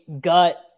gut